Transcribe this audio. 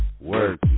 Work